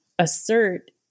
assert